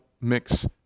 mix